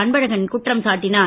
அன்பழகன் குற்றம் சாட்டினார்